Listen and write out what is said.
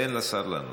תן לשר לענות.